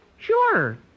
Sure